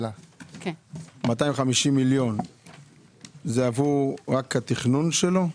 250 מיליון ש"ח זה רק עבור התכנון שלו?